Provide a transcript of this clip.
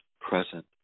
present